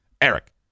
Eric